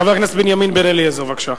חבר הכנסת בנימין בן-אליעזר, בבקשה.